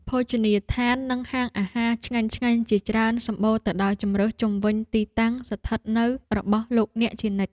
ភោជនីយដ្ឋាននិងហាងអាហារឆ្ងាញ់ៗជាច្រើនសម្បូរទៅដោយជម្រើសជុំវិញទីតាំងស្នាក់នៅរបស់លោកអ្នកជានិច្ច។